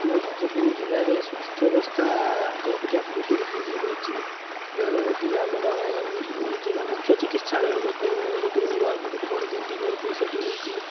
ଆମ ଯାଜପୁର ଜିଲ୍ଲାରେ ସ୍ଵାସ୍ଥ୍ୟ ଅବସ୍ଥା ଆଗ ଅପେକ୍ଷା ବହୁତ ଉନ୍ନତି ହୋଇଛି ଯଦ୍ଦ୍ୱାରା କି ଆମର ଜିଲ୍ଲା ମୁଖ୍ୟ ଚିକିତ୍ସାଳୟ ମଧ୍ୟ ଗୋଟିଏ ନୂଆ ବହୁତ ବଡ଼ ବିଲ୍ଡ଼ିଙ୍ଗ୍ ହୋଇକି ସେ'ଠି ହୋଇଛି